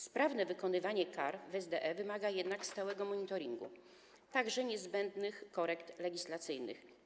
Sprawne wykonywanie kar w SDE wymaga jednak stałego monitoringu, także niezbędnych korekt legislacyjnych.